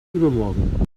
übermorgen